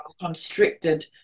constricted